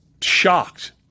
shocked